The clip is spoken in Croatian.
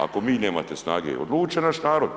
Ako vi nemate snage odlučit će naš narod.